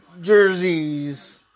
jerseys